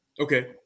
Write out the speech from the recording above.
okay